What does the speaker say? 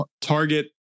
Target